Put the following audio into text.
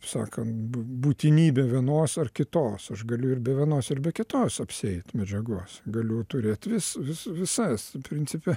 sakant būtinybė vienos ar kitos aš galiu ir be vienos ir be kitos apsieit medžiagos galiu turėt vis vis visas principe